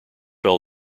have